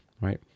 right